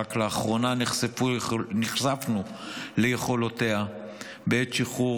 שרק לאחרונה נחשפנו ליכולותיה בעת שחרור